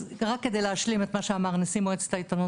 רק כדי להשלים את מה שאמר נשיא מועצת העיתונות,